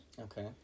Okay